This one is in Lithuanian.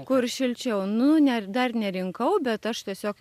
kur šilčiau nu ne dar nerinkau bet aš tiesiog